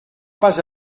pas